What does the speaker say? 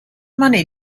money